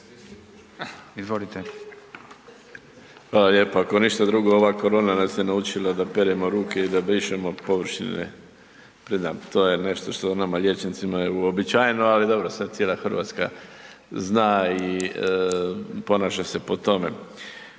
(Demokrati)** Hvala lijepo. Ako ništa drugo, ova korona nas je naučila da peremo ruke i da brišemo površine pred nama, to je nešto što nama liječnicima je uobičajeno, ali dobro, sad cijela Hrvatska zna i ponaša se po tome.